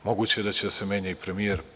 Moguće je da će da se menja i premijer.